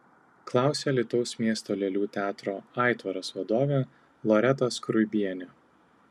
klausia alytaus miesto lėlių teatro aitvaras vadovė loreta skruibienė